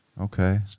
Okay